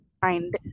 find